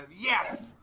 Yes